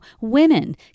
women